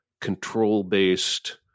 control-based